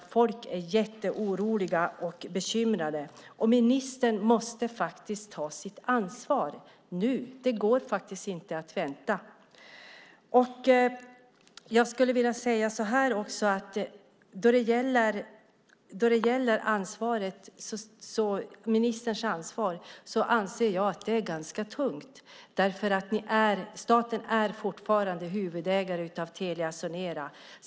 Människor är jätteoroliga och bekymrade. Ministern måste faktiskt ta sitt ansvar nu. Det går inte att vänta. Jag skulle också vilja säga att jag anser att ministerns ansvar är ganska tungt, därför att staten fortfarande är huvudägare av Telia Sonera.